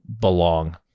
belong